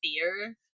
fear